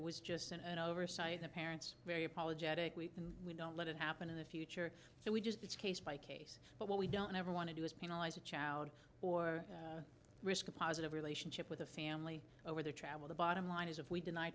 it was just an oversight the parents very apologetic and we don't let it happen in the future so we just it's case by case but what we don't ever want to do is penalize a child or risk a positive relationship with a family over their travel the bottom line is if we d